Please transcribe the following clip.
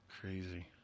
crazy